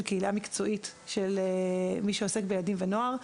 קהילה מקצועית של מי שעוסק בילדים ובנוער.